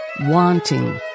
Wanting